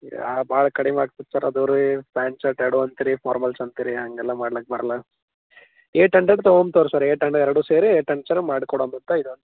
ಯಾ ಭಾಳ ಕಡಿಮೆ ಆಗ್ತದೆ ಸರ್ ಅದು ರೀ ಪ್ಯಾಂಟ್ ಶರ್ಟ್ ಎರಡು ಅಂತೀರಿ ಫಾರ್ಮಲ್ಸ್ ಅಂತೀರಿ ಹಾಗೆಲ್ಲ ಮಾಡಕ್ ಬರೋಲ್ಲ ಏಟ್ ಹಂಡ್ರೆಡ್ ತಗೊತಾರ್ ಸರ್ ಏಟ್ ಅಂಡ್ರೆಡ್ ಎರಡೂ ಸೇರಿ ಏಟ್ ಅಂಡ್ರೆಡ್ ಸರ್ ಮಾಡ್ಕೊಡೋ ಅಂತ